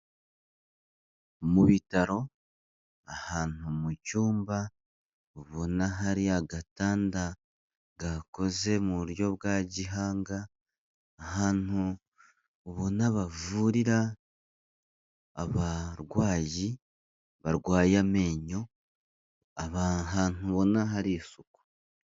Mu bitaro ahantu mu cyumba ubona hari agatanda gakoze mu buryo bwa gihanga, ahantu ubona bavurira abarwayi barwaye amenyo, ahantu ubona hari isuku.